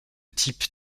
type